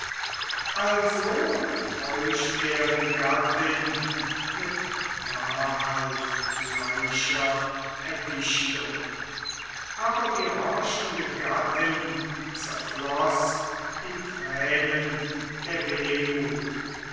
also täuscht er die gattin mit wahrheitgleicher erdichtung aber die horchende gattin zerfloß in tränen der wehmut